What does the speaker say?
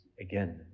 again